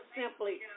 simply